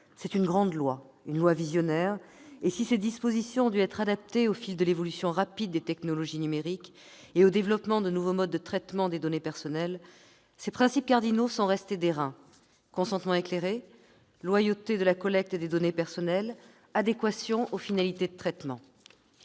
C'est une grande loi, une loi visionnaire, et si ses dispositions ont dû être adaptées au fil de l'évolution rapide des technologies numériques et du développement de nouveaux modes de traitement des données personnelles, ses principes cardinaux sont restés d'airain : consentement éclairé, loyauté de la collecte des données personnelles, adéquation aux finalités de traitement.